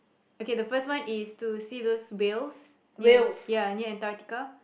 okay the first one is to see those whales ya ya near Antarctica